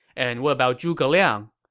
and what about zhuge liang?